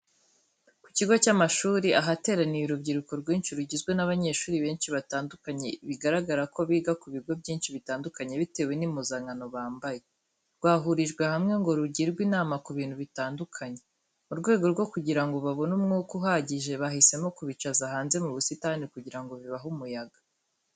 Ku kigo cy'amashuri ahateraniye urubyiruko rwinshi rugizwe n'abanyeshuri benshi batandukanye, bigaragara ko biga ku bigo byinshi bitandukanye bitewe n'impuzankano bambaye, rwahurijwe hamwe ngo rugirwe inama ku bintu bitandukanye. Mu rwego rwo kugira ngo babone umwuka uhagije, bahisemo kubicaza hanze mu busitani kugira ngo bibahe umuyaga.